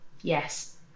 Yes